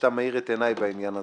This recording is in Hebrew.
שאתה מאיר את עיניי בעניין הזה.